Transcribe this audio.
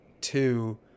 Two